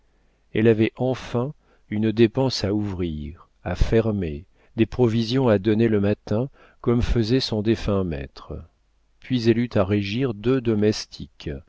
elle avait enfin une dépense à ouvrir à fermer des provisions à donner le matin comme faisait son défunt maître puis elle eut à régir deux domestiques